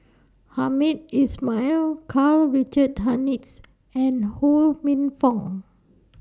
Hamed Ismail Karl Richard Hanitsch and Ho Minfong